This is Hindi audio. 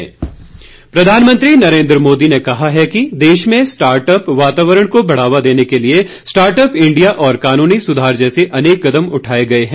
स्टार्ट अप प्रधानमंत्री नरेन्द्र मोदी ने कहा है कि देश में स्टार्ट अप वातावरण को बढ़ावा देने के लिए स्टार्ट अप इंडिया और कानूनी सुधार जैसे अनेक कदम उठाए गए हैं